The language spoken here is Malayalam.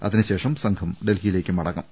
അതിനുശേഷം സംഘം ഡൽഹിയിലേക്ക് മടങ്ങും